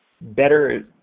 better